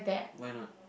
why not